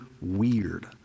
weird